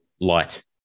light